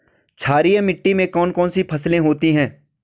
क्षारीय मिट्टी में कौन कौन सी फसलें होती हैं?